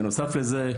בנוסף לזה,